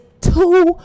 two